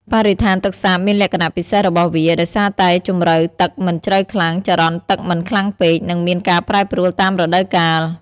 បរិស្ថានទឹកសាបមានលក្ខណៈពិសេសរបស់វា ដោយសារតែជម្រៅទឹកមិនជ្រៅខ្លាំង ចរន្តទឹកមិនខ្លាំងពេក និងមានការប្រែប្រួលតាមរដូវកាល។